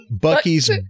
Bucky's